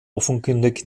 offenkundig